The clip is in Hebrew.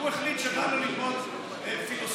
הוא החליט שבא לו ללמוד פילוסופיה.